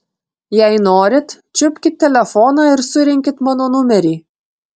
jei norit čiupkit telefoną ir surinkit mano numerį